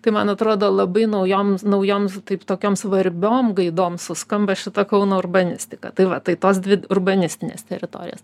tai man atrodo labai naujom naujom taip tokiom svarbiom gaidom suskamba šita kauno urbanistika tai va tai tos dvi urbanistinės teritorijos